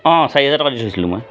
অঁ চাৰি হেজাৰ টকা দি থৈছিলো মই